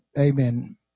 Amen